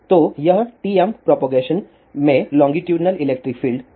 तो यह TM propagation में लोंगीटूडिनल इलेक्ट्रिक फील्ड है